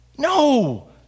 No